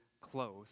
close